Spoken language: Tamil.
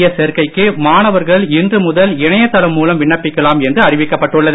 எஸ் சேர்க்கைக்கு மாணவர்கள் முதல் இணையதளம் மூலம் விண்ணப்பிக்கலாம் என்று இன்று அறிவிக்கப் பட்டுள்ளது